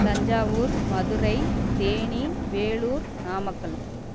Thanjavur Madurai Theni Vellore Namakkal